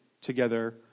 together